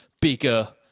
bigger